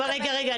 המסר ברור.